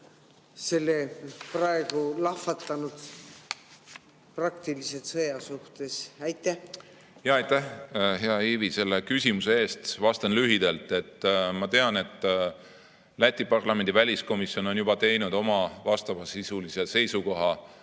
selle praegu lahvatanud, praktiliselt sõja suhtes? Aitäh, hea Ivi, selle küsimuse eest! Vastan lühidalt. Ma tean, et Läti parlamendi väliskomisjon juba [esitas] oma vastavasisulise seisukoha